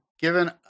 given